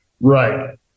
Right